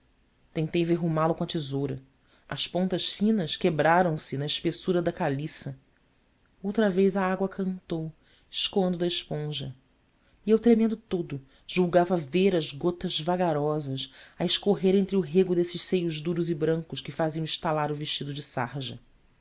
fenda tentei verrumá lo com a tesoura as pontas finas quebraram se na espessura da caliça outra vez a água cantou escoando da esponja e eu tremendo todo julgava ver as gotas vagarosas a escorrer entre o rego desses seios duros e brancos que faziam estalar o vestido de sarja